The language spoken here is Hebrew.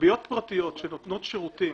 כלביות פרטיות שנותנות שירותים